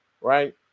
right